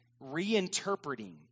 reinterpreting